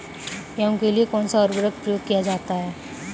गेहूँ के लिए कौनसा उर्वरक प्रयोग किया जाता है?